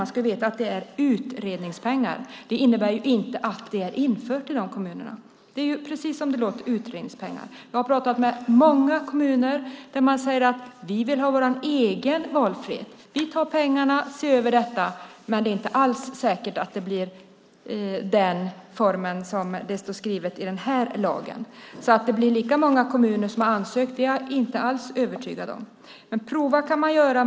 Man ska veta att det är utredningspengar. Det innebär inte att det är infört i dessa kommuner. Det är precis som det låter - utredningspengar. Jag har talat med många kommuner där man säger: Vi vill ha vår egen valfrihet. Vi tar pengarna och ser över detta. Men det är inte alls säkert att det blir den form som står skrivet i denna lag. Jag är därför inte alls övertygad om att det blir lika många kommuner som inför detta som har ansökt om detta. Men prova kan man göra.